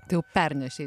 tai jau pernešei